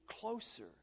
closer